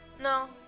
No